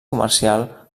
comercial